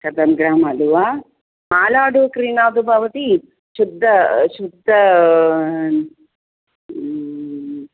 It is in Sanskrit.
शतं ग्राम् अलुवा मालाडु क्रीणातु भवती शुद्धं शुद्धं